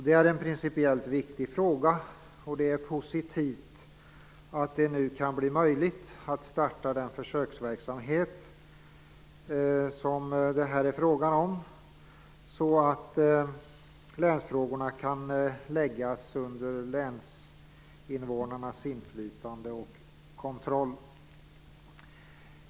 Det är en principiellt viktig fråga, och det är positivt att det nu kan bli möjligt att starta den försöksverksamhet som det här är fråga om, så att länsfrågorna kan läggas under länsinvånarnas inflytande och kontroll.